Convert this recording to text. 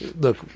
look